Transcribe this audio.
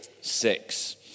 six